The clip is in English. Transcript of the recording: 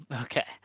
okay